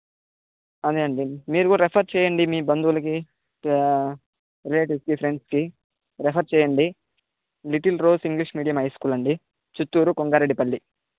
అదే అండి మీరు కూడా రెఫర్ చేయండి మీ బంధువులకి లేడీస్కి ఫ్రెండ్స్కి రెఫర్ చేయండి little rose English medium high school అండి చిత్తూరు కొంగారెడ్డి పల్లి